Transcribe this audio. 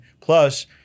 Plus